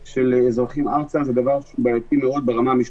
בבקשה, תושבות.